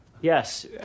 Yes